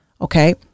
okay